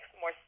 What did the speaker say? more